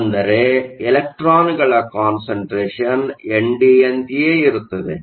ಅಂದರೆ ಎಲೆಕ್ಟ್ರಾನ್ಗಳ ಕಾನ್ಸಂಟ್ರೇಷನ್ ಎನ್ಡಿಯಂತೆಯೇ ಇರುತ್ತದೆ